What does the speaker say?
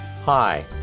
Hi